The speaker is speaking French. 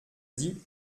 dit